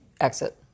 exit